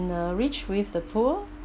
the rich with the poor